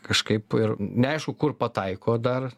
kažkaip neaišku kur pataiko dar